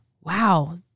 wow